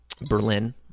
Berlin